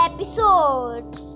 episodes